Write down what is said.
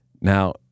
Now